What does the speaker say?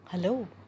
Hello